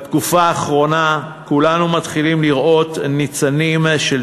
בתקופה האחרונה כולנו מתחילים לראות ניצנים של